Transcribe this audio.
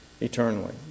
eternally